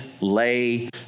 lay